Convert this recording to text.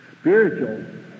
spiritual